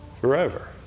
forever